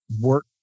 work